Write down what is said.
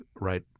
right